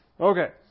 Okay